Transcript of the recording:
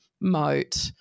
moat